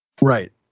Right